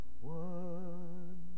one